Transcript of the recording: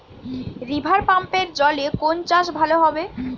রিভারপাম্পের জলে কোন চাষ ভালো হবে?